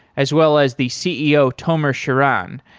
as well as the ceo tomer shiran.